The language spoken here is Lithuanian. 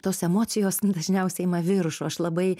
tos emocijos dažniausiai ima viršų aš labai